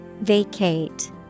Vacate